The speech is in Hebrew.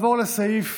נעבור לסעיף